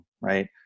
right